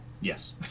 Yes